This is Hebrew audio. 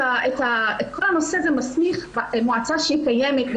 לכל הנושא הזה הוא מסמיך מועצה שקיימת,